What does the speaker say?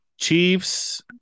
Chiefs